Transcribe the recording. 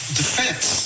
defense